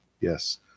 Yes